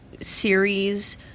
series